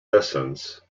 essence